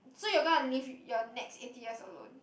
so you're gonna live your next eighty years alone